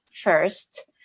first